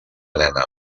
nena